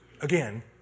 Again